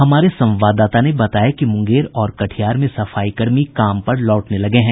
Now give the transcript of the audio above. हमारे संवाददाता ने बताया कि मुंगेर और कटिहार में सफाई कर्मी काम पर लौटने लगे हैं